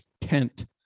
tent